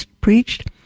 preached